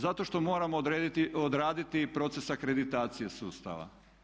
Zato što moramo odraditi proces akreditacije sustava.